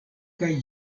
kaj